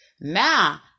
Now